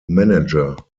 manager